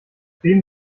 wem